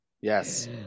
yes